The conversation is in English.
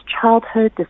childhood